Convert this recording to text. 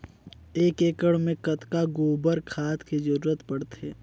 एक एकड़ मे कतका गोबर खाद के जरूरत पड़थे?